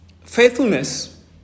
faithfulness